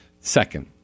second